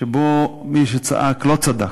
שבו מי שצעק לא צדק.